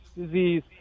disease